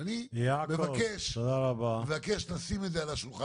אני מבקש לשים את זה על השולחן.